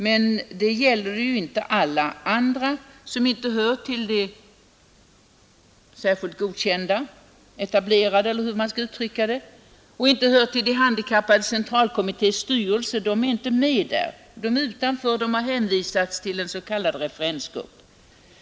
Men det gäller inte alla dem, som inte hör till de ”godkända”, ”etablerade” eller hur man nu skall uttrycka det, och som inte tillhör de handikappades centralkommittés styrelse. Dessa har hänvisats till en s.k. referensgrupp.